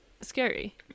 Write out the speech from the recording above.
scary